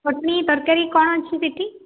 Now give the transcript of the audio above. ଚଟଣୀ ତରକାରୀ କ'ଣ ଅଛି ସେଠି